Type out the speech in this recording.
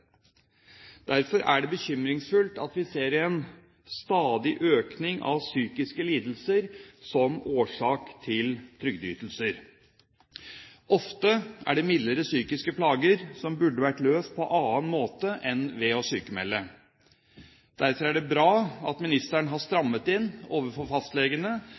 Derfor er det bekymringsfullt at vi ser en stadig økning av psykiske lidelser som årsak til trygdeytelser. Ofte er det snakk om mildere psykiske plager som burde ha vært løst på en annen måte enn ved å sykmelde. Derfor er det bra at ministeren har strammet inn overfor fastlegene